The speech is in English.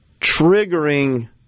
triggering